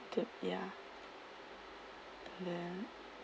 the ya and then